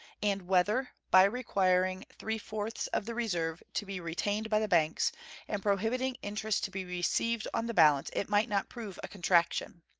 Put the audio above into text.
and whether by requiring three-fourths of the reserve to be retained by the banks and prohibiting interest to be received on the balance it might not prove a contraction.